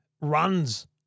runs